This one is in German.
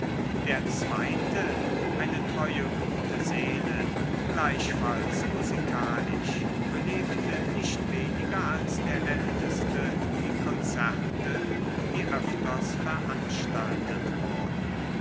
der zweite eine treue gute seele gleichfalls musikalisch belebte nicht weniger als der älteste die konzerte die öfters veranstaltet wurden